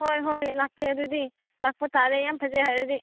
ꯍꯣꯏ ꯍꯣꯏ ꯂꯥꯛꯀꯦ ꯑꯗꯨꯗꯤ ꯂꯥꯛꯄ ꯇꯥꯔꯦ ꯌꯥꯝ ꯐꯖꯩ ꯍꯥꯏꯔꯗꯤ